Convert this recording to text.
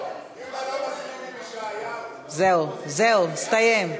זהו, הסתיים.